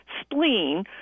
spleen